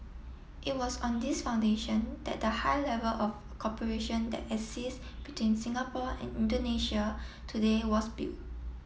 it was on this foundation that the high level of cooperation that exists between Singapore and Indonesia today was built